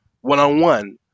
one-on-one